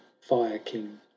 fire-king